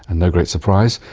and no great surprise,